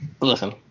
listen